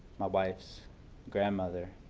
wife's grandmother